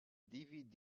dvd